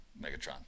Megatron